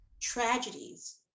tragedies